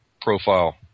profile